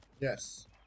Yes